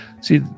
See